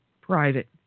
private